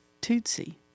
Tootsie